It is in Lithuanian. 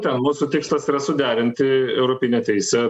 ten mūsų tikslas yra suderinti europinę teisę